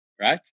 right